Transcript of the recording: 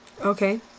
Okay